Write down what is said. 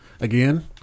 again